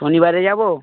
শনিবারে যাবো